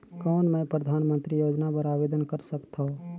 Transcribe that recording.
कौन मैं परधानमंतरी योजना बर आवेदन कर सकथव?